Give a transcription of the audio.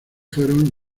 fueron